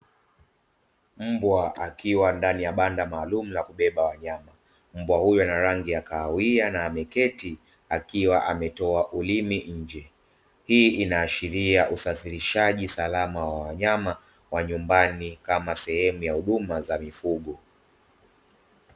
Mbwa akiwa ndani ya banda maalumu la kubeba wanyama, mbwa huyu anarangi ya kahawia na ameketi akiwa ametoa ulimi nje hii inaashilia usafirishaji salama wa wanyama wa nyumbani kama sehemu ya huduma za mifugo.